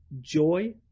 Joy